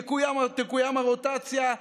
תקוים הרוטציה,